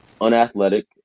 unathletic